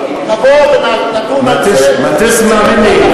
אני הסכמתי.